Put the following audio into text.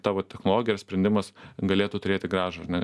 ta va technologija ir sprendimas galėtų turėti gražą ar ne